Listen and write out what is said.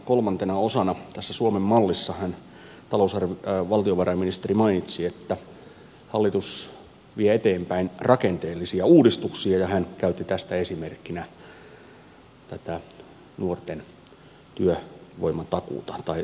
kolmantena osana tässä suomen mallissa valtiovarainministeri mainitsi että hallitus vie eteenpäin rakenteellisia uudistuksia ja hän käytti tästä esimerkkinä tätä nuorisotakuuta